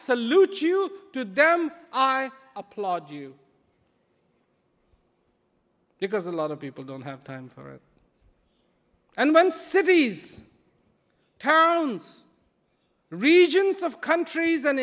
salute you to them i applaud you because a lot of people don't have time for and when cities towns regions of countries and